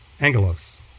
Angelos